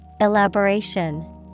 Elaboration